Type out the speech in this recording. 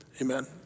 amen